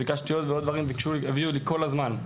ביקשתי עוד ועוד דברים והביאו לי כל הזמן.